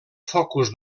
focus